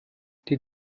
die